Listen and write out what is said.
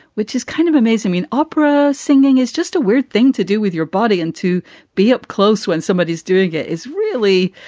which is kind of amazing in opera. singing is just a weird thing to do with your body. and to be up close when somebody is doing it is really,